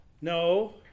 No